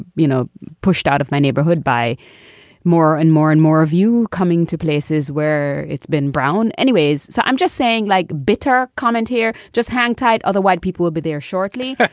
you know, pushed out of my neighborhood by more and more and more of you coming to places where it's been brown anyways. so i'm just saying like bitter comment here. just hang tight. otherwise people will be there shortly.